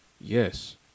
Yes